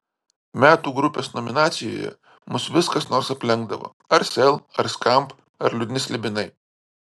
metų grupės nominacijoje mus vis kas nors aplenkdavo ar sel ar skamp ar liūdni slibinai